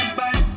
bye